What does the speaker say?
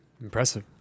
Impressive